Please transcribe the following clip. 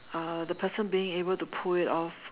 uh the person being able to pull it off